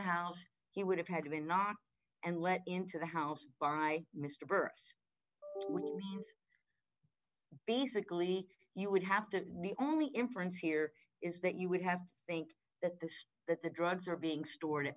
house he would have had to knock and let into the house by mr burris basically you would have to the only inference here is that you would have think that the that the drugs are being stored